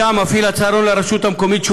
מפעיל הצהרון יודיע לרשות המקומית שהוא